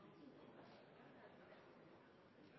Hansen